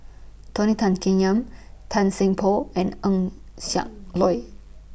Tony Tan Keng Yam Tan Seng Poh and Eng Siak Loy